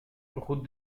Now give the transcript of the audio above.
route